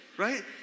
right